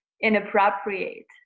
inappropriate